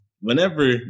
whenever